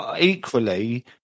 equally